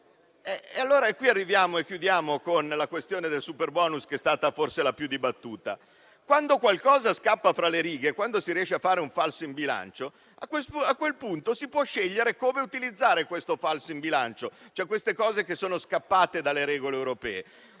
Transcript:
fra le righe. Arriviamo così alla questione del superbonus, che è stata forse la più dibattuta. Quando qualcosa scappa fra le righe, quando si riesce a fare un falso in bilancio, a quel punto si può scegliere come utilizzare questo falso in bilancio, cioè le cose che sono scappate dalle regole europee.